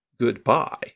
Goodbye